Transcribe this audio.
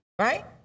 right